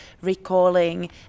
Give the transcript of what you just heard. recalling